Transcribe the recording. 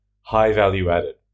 high-value-added